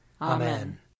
Amen